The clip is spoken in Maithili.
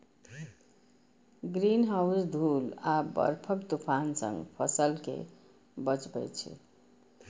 ग्रीनहाउस धूल आ बर्फक तूफान सं फसल कें बचबै छै